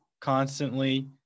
constantly